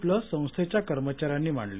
plus संस्थेच्या कर्मचाऱ्यांनी मांडली